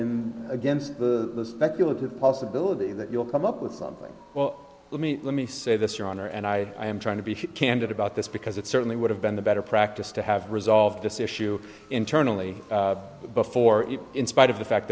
in against the secular possibility that you'll come up with something well let me let me say this your honor and i am trying to be candid about this because it certainly would have been the better practice to have resolved this issue internally before in spite of the fact